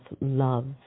love